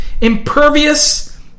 impervious